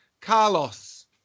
Carlos